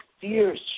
fierce